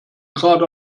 gerade